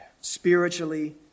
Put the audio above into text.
Spiritually